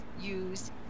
Use